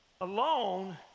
alone